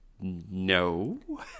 No